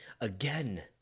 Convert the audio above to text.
again